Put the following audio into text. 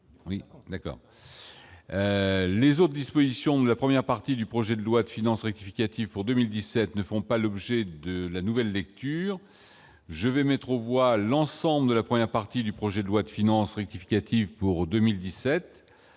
Oui, d'accord, les autres dispositions de la première partie du projet de loi de finances rectificative pour 2017 ne font pas l'objet de la nouvelle lecture, je vais mettre aux voix l'ensemble de la première partie du projet de loi de finances rectificative pour 2017,